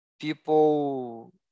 people